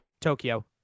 Tokyo